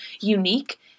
unique